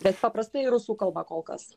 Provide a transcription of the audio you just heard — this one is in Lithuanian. bet paprastai rusų kalba kol kas